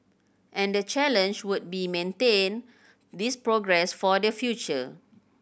and the challenge would be maintain this progress for the future